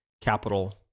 capital